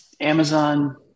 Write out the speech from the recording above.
Amazon